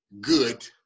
good